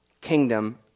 kingdom